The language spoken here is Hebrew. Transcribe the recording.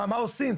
מה עושים?